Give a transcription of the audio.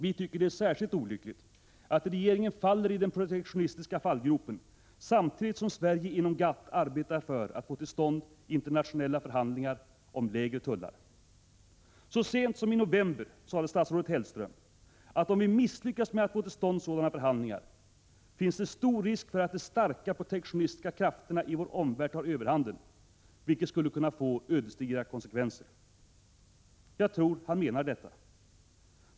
Vi tycker det är särskilt olyckligt att regeringen faller i den protektionistiska fallgropen samtidigt som Sverige inom GATT arbetar för att få till stånd internationella förhandlingar om lägre tullar. Så sent som i november sade statsrådet Hellström att om vi misslyckas med att få till stånd sådana förhandlingar ”finns det stor risk för att de starka protektionistiska krafterna i vår omvärld tar överhanden, vilket skulle kunna få ödesdigra konsekvenser”. Jag tror han menar detta.